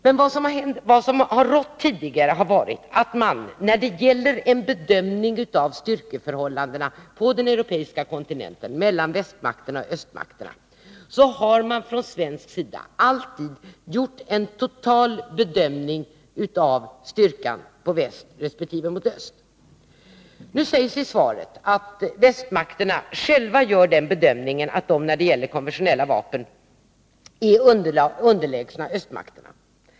Men det som tidigare har gällt vid en bedömning av styrkeförhållandena mellan västmakterna och östmakterna på den europeiska kontinenten är att man från svensk sida alltid har gjort en total bedömning av styrkan i väst resp. öst. I svaret sägs nu att västmakterna själva gör den bedömningen, att de när det gäller konventionella vapen är underlägsna östmakterna.